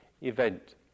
event